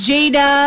Jada